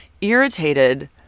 irritated